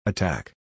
Attack